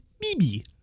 Bibi